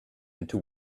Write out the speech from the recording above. into